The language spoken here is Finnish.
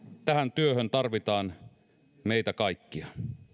tähän työhön tarvitaan meitä kaikkia